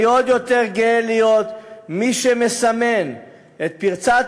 אני עוד יותר גאה להיות מי שמסמן את פריצת